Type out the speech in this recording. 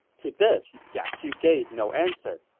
to this, jia xu gave no answer.